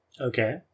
Okay